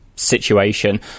situation